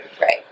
right